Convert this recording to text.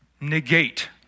negate